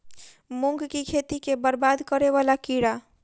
मूंग की खेती केँ बरबाद करे वला कीड़ा?